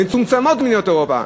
מהמצומצמות במדינות אירופה.